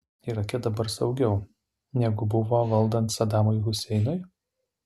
irake dabar saugiau negu buvo valdant sadamui huseinui